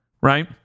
right